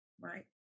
right